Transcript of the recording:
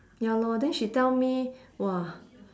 ya lor then she tell me !wah!